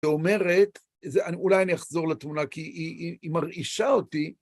ואומרת, אולי אני אחזור לתמונה, כי היא מרעישה אותי.